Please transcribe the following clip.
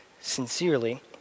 sincerely